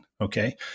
Okay